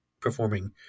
performing